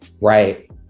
right